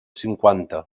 cinquanta